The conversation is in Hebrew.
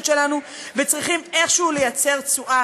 שלנו וצריכים איכשהו לייצר תשואה.